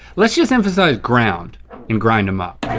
let's just emphasize ground and grind em up.